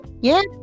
yes